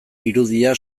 irudia